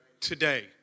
today